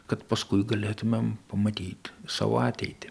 kad paskui galėtumėm pamatyt savo ateitį